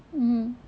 mm